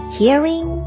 hearing